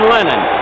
Lennon